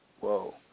Whoa